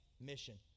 mission